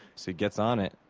so he gets on it,